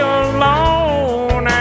alone